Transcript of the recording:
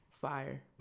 fire